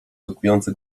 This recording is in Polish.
tokujące